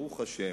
ברוך השם,